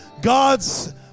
God's